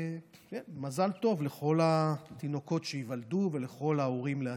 מזל טוב לכל התינוקות שייוולדו ולכל ההורים לעתיד.